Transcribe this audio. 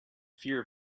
fear